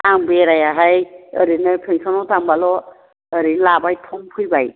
आं बेरायाहाय ओरैनो पेन्स'न आव थांबाल' ओरै लाबाय थम फैबाय